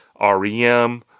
REM